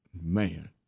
man